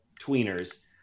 tweeners